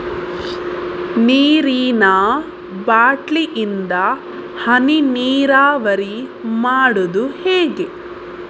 ನೀರಿನಾ ಬಾಟ್ಲಿ ಇಂದ ಹನಿ ನೀರಾವರಿ ಮಾಡುದು ಹೇಗೆ?